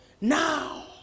now